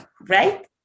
right